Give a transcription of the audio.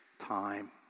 time